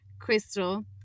crystal